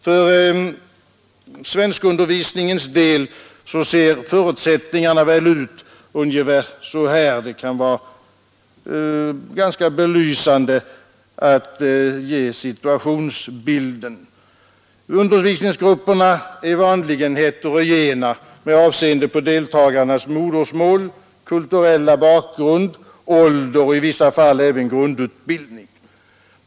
För svenskundervisningens del — det kan vara belysande med en situationsbild — ser förutsättningarna ut ungefär så här: Undervisningsgrupperna är vanligen heterogena med avseende på deltagarnas modersmål, kulturella bakgrund, ålder och i vissa fall även grundutbildning.